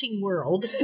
world